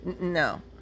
no